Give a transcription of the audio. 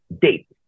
date